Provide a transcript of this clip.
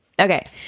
okay